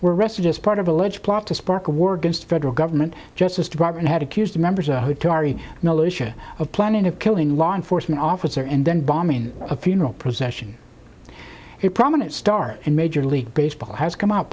were arrested as part of the alleged plot to spark a war against federal government justice department had accused members of the hutaree militia of planning of killing law enforcement officer and then bombing a funeral procession a prominent start and major league baseball has come out